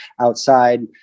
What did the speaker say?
outside